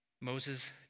Moses